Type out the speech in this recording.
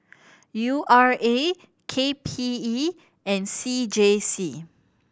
U R A K P E and C J C